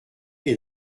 est